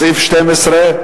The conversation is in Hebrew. סעיף 18,